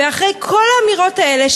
ואחרי כל האמירות האלה,